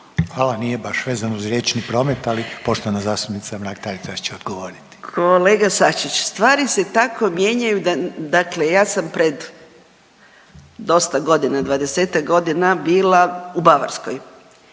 Hvala. Nije baš vezno uz riječni promet, ali poštovana zastupnica Mrak Taritaš će odgovoriti. **Mrak-Taritaš, Anka (GLAS)** Kolega Sačić stvari se tako mijenjaju dakle ja sam pred dosta godina 20-ak godina bila u Bavarskoj,